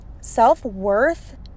self-worth